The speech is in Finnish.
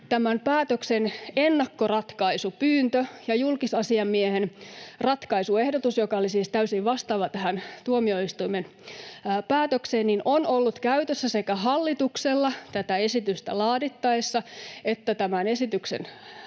tämän päätöksen ennakkoratkaisupyyntö ja julkisasiamiehen ratkaisuehdotus, joka oli siis täysin tätä tuomioistuimen päätöstä vastaava, ovat olleet käytössä hallituksella sekä tätä esitystä laadittaessa että tämän esityksen antamisen